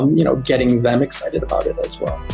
um you know, getting them excited about it as well